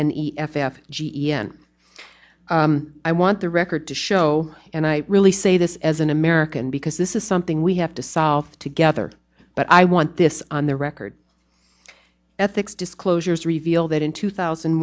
and he f f g e n i want the record to show and i really say this as an american because this is something we have to solve together but i want this on the record ethics disclosures reveal that in two thousand